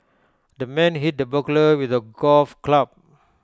the man hit the burglar with A golf club